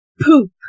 poop